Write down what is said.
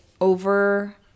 over